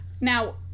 Now